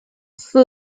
司职